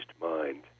mind